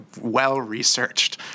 well-researched